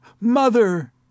Mother